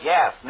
Yes